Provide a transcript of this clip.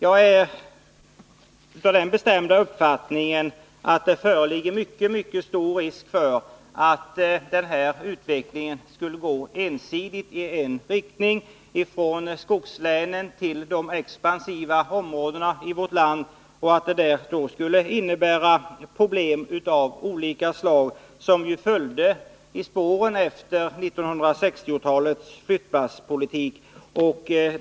Jag är av den bestämda uppfattningen att risken är mycket stor för att denna utveckling skulle gå ensidigt i en riktning — från skogslänen till de expansiva områdena i vårt land. Det skulle medföra problem av samma slag som de som följde i spåren på 1960-talets flyttlasspolitik.